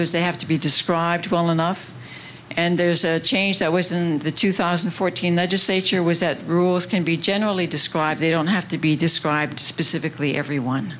others they have to be described well enough and there's a change that was in the two thousand and fourteen legislature was that rules can be generally described they don't have to be described specifically everyone